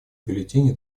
бюллетени